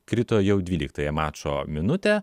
krito jau dvyliktąją mačo minutę